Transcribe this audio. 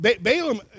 Balaam